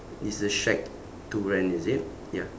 it's the shack to rent is it ya